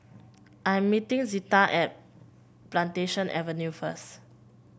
I am meeting Zita at Plantation Avenue first